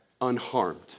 unharmed